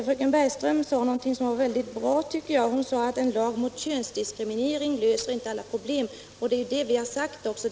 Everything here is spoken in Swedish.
Fröken Bergström sade någonting som var väldigt bra, tycker jag — hon sade att en lag mot könsdiskriminering inte löser alla problem. Det är det vi har sagt också.